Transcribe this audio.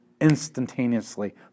instantaneously